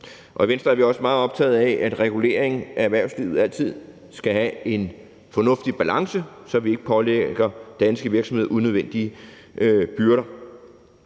I Venstre er vi også meget optaget af, at regulering af erhvervslivet altid skal have en fornuftig balance, så vi ikke pålægger danske virksomheder unødvendige byrder.